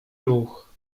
ruch